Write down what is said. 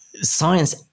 Science